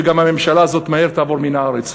וגם שהממשלה הזאת מהר תעבור מן הארץ.